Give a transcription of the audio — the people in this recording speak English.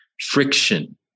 friction